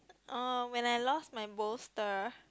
uh when I lost my bolster